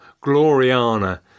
Gloriana